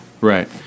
Right